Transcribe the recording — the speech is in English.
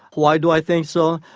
why do i think so?